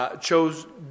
chose